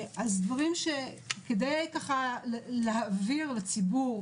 כדי להעביר לציבור